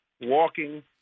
walking